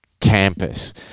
campus